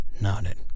nodded